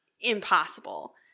impossible